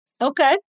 Okay